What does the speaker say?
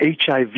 HIV